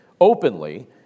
openly